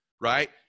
right